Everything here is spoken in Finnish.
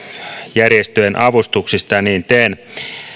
järjestöjen avustuksista ja niin teen